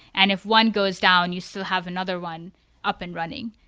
and if one goes down, you still have another one up and running.